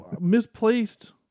misplaced